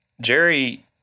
Jerry